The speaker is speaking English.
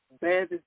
bad